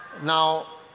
Now